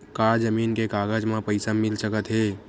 का जमीन के कागज म पईसा मिल सकत हे?